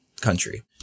country